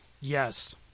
Yes